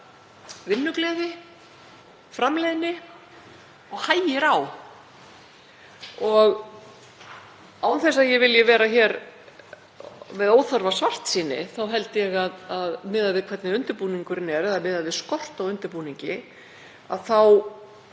vinnugleði, framleiðni og hægir á. Án þess að ég vilji vera hér með óþarfa svartsýni þá held ég að miðað við hvernig undirbúningurinn er eða miðað við skort á undirbúningi